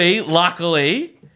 luckily